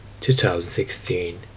2016